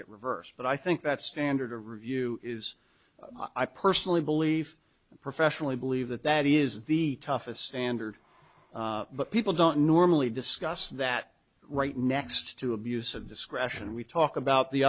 get reversed but i think that standard of review is i personally believe professionally believe that that is the toughest standard but people don't normally discuss that right next to abuse of discretion we talk about the